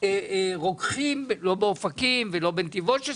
שאין רוקחים באופקים, בנתיבות.